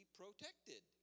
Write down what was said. protected